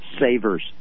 savers